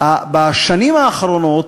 בשנים האחרונות,